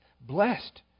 Blessed